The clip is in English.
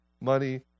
money